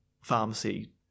pharmacy